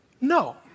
No